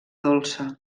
dolça